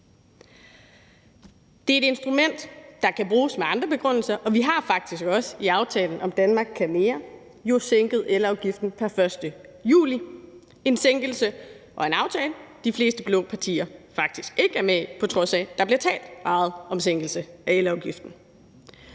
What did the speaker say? Det er et instrument, der kan bruges med andre begrundelser, og vi har faktisk også i aftalen »Danmark kan mere I« jo sænket elafgiften per 1. juli. Det er en sænkelse og en aftale, de fleste blå partier faktisk ikke er med i – på trods af at der bliver talt meget om sænkelse af elafgiften.